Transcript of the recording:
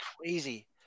crazy